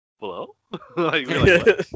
hello